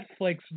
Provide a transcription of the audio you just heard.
Netflix